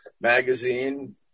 magazine